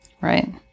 Right